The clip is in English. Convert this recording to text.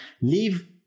Leave